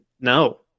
no